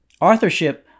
authorship